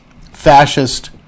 fascist